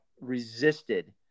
resisted